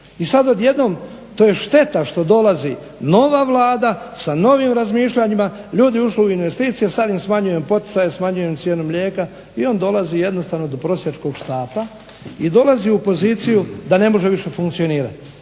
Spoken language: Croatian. I sad odjednom to je šteta što dolazi nova Vlada s novim razmišljanjima, ljudi ušli u investicije a sad im smanjujem poticaje, smanjujem im cijenu mlijeka i on dolazi jednostavno do prosjačkog štapa i dolazi u poziciju da ne može više funkcionirati.